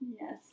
Yes